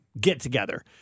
get-together